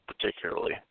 particularly